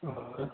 और